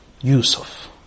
Yusuf